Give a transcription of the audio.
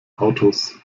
autos